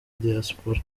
diaspora